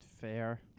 fair